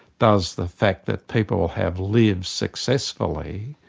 does the fact that people have lived successfully,